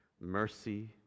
mercy